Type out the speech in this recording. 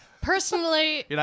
Personally